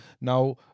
Now